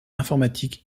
informatique